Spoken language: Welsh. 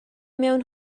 mewn